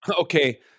Okay